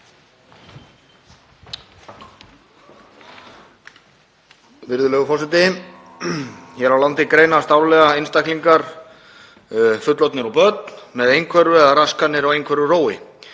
Virðulegur forseti. Hér á landi greinast árlega einstaklingar, fullorðnir og börn, með einhverfu eða raskanir á einhverfurófi,